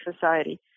society